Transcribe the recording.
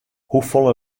hoefolle